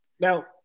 Now